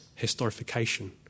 historification